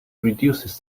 reduces